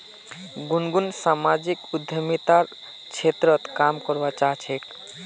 गुनगुन सामाजिक उद्यमितार क्षेत्रत काम करवा चाह छेक